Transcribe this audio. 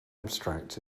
abstract